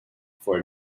for